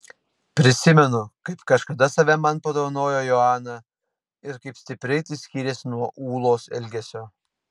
prisimenu kaip kažkada save man padovanojo joana ir kaip stipriai tai skyrėsi nuo ūlos elgesio